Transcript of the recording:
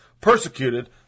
persecuted